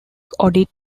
audit